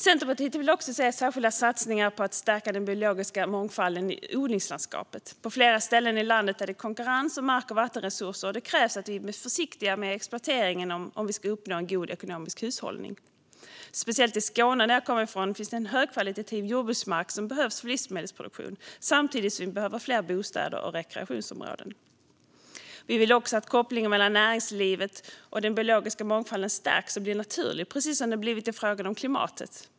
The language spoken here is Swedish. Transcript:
Centerpartiet vill också se särskilda satsningar på att stärka den biologiska mångfalden i odlingslandskapet. På flera ställen i landet är det konkurrens om mark och vattenresurser, och det krävs att vi är mer försiktiga med exploateringen om vi ska uppnå en god ekonomisk hushållning. Speciellt i Skåne, som jag kommer från, finns högkvalitativ jordbruksmark som behövs för livsmedelsproduktion, samtidigt som vi behöver fler bostäder och rekreationsområden. Vi vill också att kopplingen mellan näringslivet och den biologiska mångfalden stärks och blir naturlig, precis som den blivit när det gäller klimatet.